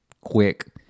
quick